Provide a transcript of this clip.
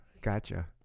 Gotcha